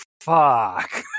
fuck